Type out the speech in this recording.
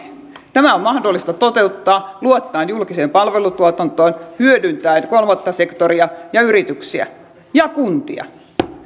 tämä on mahdollista toteuttaa luottaen julkiseen palvelutuotantoon hyödyntäen kolmatta sektoria yrityksiä ja kuntia